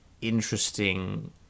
interesting